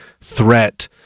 threat